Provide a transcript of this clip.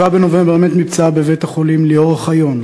ב-7 בנובמבר מת מפצעיו בבית-החולים ליאור אוחיון,